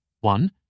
One